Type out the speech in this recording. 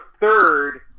third